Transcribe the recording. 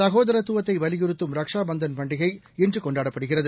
ச்னோதரத்துவத்தை வலியுறுத்தும் ரக்ஷா பந்தன் பண்டிகை இன்று கொண்டாடப்படுகிறது